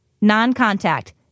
non-contact